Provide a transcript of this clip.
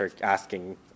asking